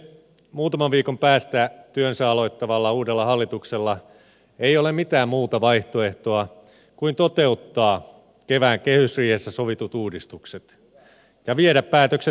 muutaman viikon päästä työnsä aloittavalla uudella hallituksella ei ole mitään muuta vaihtoehtoa kuin toteuttaa kevään kehysriihessä sovitut uudistukset ja viedä päätökset maaliin